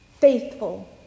faithful